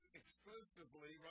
exclusively